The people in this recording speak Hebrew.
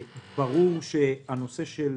ברור שהנושא של